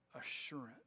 assurance